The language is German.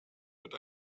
wird